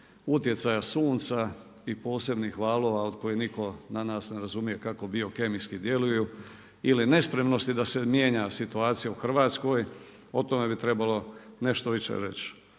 utjecaja sunca i posebnih valova od kojih niko od nas ne razumije kako biokemijski djeluju ili nespremnosti da se mijenja situacija u Hrvatskoj, o tome bi trebalo nešto više reći.